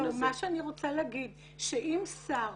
לא, מה שאני רוצה להגיד, שאם שר